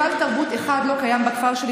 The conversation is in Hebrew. לראות שהיכל תרבות אחד לא קיים בכפר שלי,